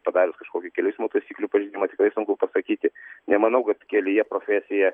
padarius kažkokį kelių eismo taisyklių pažeidimą tikrai sunku pasakyti nemanau kad kelyje profesija